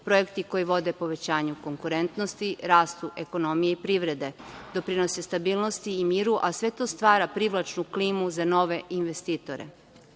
projekti koje vode povećanju konkurentnosti, rastu ekonomije i privrede, doprinose stabilnosti i miru, a sve to stvara privlačnu klimu za nove investitore.U